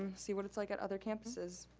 um see what it's like at other campuses.